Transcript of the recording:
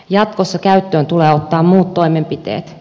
jatkossa käyttöön tulee ottaa muut toimenpiteet